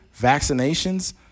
vaccinations